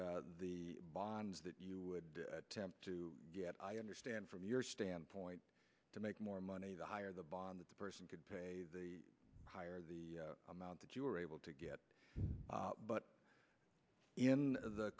the bonds that you would attempt to get i understand from your standpoint to make more money the higher the bond that the person could pay the higher the amount that you were able to get but in the